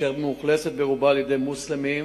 אשר מאוכלסת ברובה על-ידי מוסלמים,